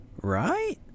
right